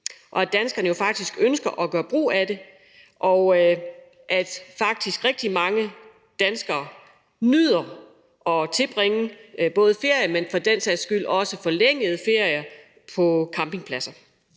og at danskerne jo faktisk ønsker at gøre brug af dem, og at rigtig mange danskere faktisk nyder at tilbringe ferier og for den sags skyld også forlængede ferier på campingpladser.